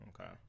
Okay